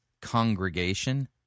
congregation